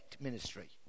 ministry